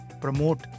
promote